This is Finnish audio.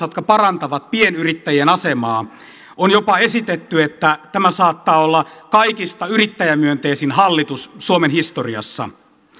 jotka parantavat pienyrittäjien asemaa on jopa esitetty että tämä saattaa olla kaikista yrittäjämyönteisin hallitus suomen historiassa